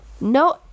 no